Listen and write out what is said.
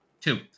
Two